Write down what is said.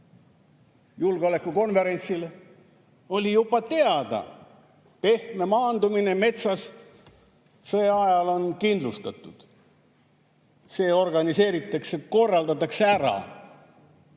julgeolekukonverentsile sõitis, oli juba teada: pehme maandumine metsas sõjaajal on kindlustatud. See organiseeritakse, korraldatakse ära.